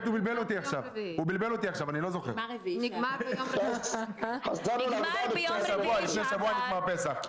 לאחר החזרה של המשק ולאחר שיאושרו לה לטפל בשבעה ילדים או פחות מכך,